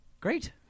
great